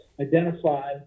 identify